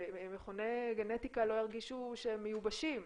שמכוני הגנטיקה לא ירגישו שהם מיובשים.